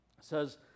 says